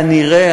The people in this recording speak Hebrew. כנראה,